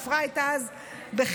עפרה הייתה אז בחיתולי-חיתוליה.